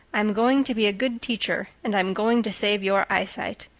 i'm going to be a good teacher and i'm going to save your eyesight.